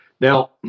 Now